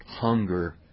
hunger